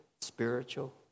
spiritual